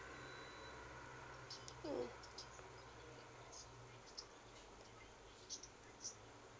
mm